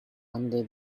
under